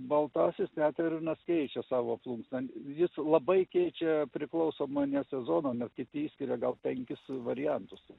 baltasis tetervinas keičia savo plunksną jis labai keičia priklausomai ne sezono net kiti išskiria gal penkis variantus